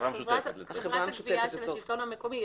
אלא חברת הגבייה של השלטון המקומי.